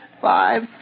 five